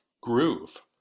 groove